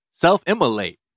Self-immolate